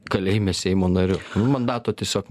kalėjime seimo nariu nu mandato tiesiog